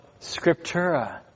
scriptura